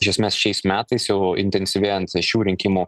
iš esmės šiais metais jau intensyvėjant šių rinkimų